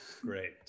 Great